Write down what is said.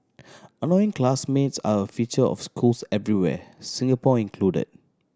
annoying classmates are a feature of schools everywhere Singapore included